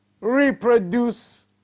reproduce